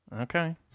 okay